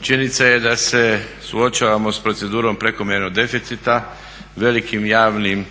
Činjenica je da se suočavamo s procedurom prekomjernog deficita, velikim javnim